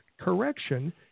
correction